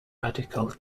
radical